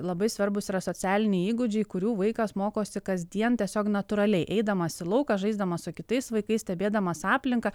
labai svarbūs yra socialiniai įgūdžiai kurių vaikas mokosi kasdien tiesiog natūraliai eidamas į lauką žaisdamas su kitais vaikais stebėdamas aplinką